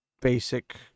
basic